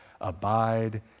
abide